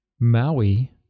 Maui